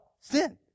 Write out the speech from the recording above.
sin